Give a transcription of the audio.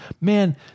man